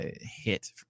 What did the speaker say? hit